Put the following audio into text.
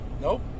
nope